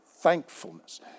thankfulness